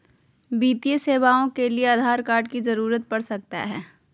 वित्तीय सेवाओं के लिए आधार कार्ड की जरूरत पड़ सकता है?